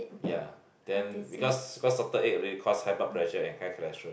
ya then because because salted egg already cause high blood pressure and high cholesterol